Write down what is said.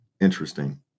interesting